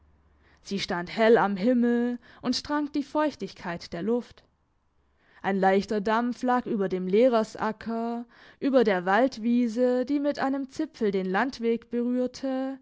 sie stand hell am himmel und trank die feuchtigkeit der luft ein leichter dampf lag über dem lehrersacker über der waldwiese die mit einem zipfel den landweg berührte